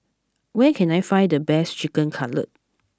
where can I find the best Chicken Cutlet